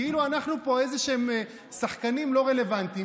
כאילו אנחנו פה איזשהם שחקנים לא רלוונטיים,